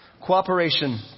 Cooperation